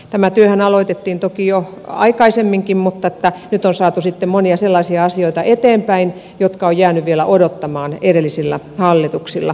tämä työhän aloitettiin toki jo aikaisemmin mutta nyt on saatu sitten monia sellaisia asioita eteenpäin jotka ovat jääneet vielä odottamaan edellisillä hallituksilla